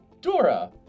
Dora